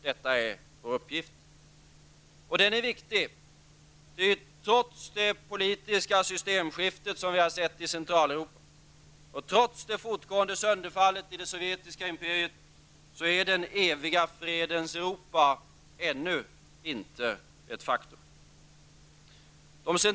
Detta är vår uppgift, och den är viktig, ty trots det politiska systemskifte som vi har sett i Centraleuropa och det fortgående söderfallet i det sovjetiska imperiet är den eviga fredens Europa ännu inte ett faktum.